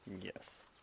Yes